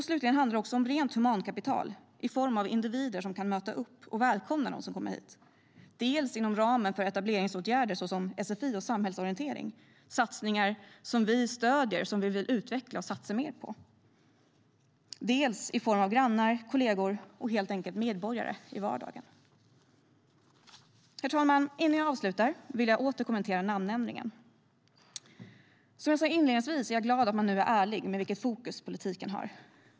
Slutligen handlar det om rent humankapital i form av individer som kan möta upp och välkomna dem som kommer hit, dels inom ramen för etableringsåtgärder som sfi och samhällsorientering - satsningar som vi stöder, vill utveckla och vill satsa mer på - dels i form av grannar, kollegor och helt enkelt medborgare i vardagen. Herr talman! Innan jag avslutar vill jag åter kommentera namnändringen. Som jag sa inledningsvis är jag glad att man nu är ärlig med vilket fokus politiken har.